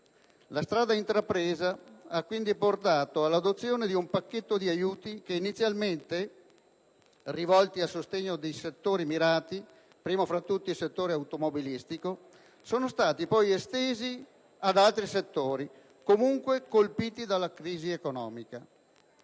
La strada intrapresa ha quindi portato all'adozione di un pacchetto di aiuti che, inizialmente rivolti a sostegno di settori mirati, primo tra tutti quello automobilistico, sono stati poi estesi ad altri settori comunque colpiti dalla crisi economica.